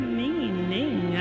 meaning